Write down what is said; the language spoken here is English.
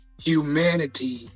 humanity